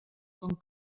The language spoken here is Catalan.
ton